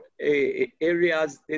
areas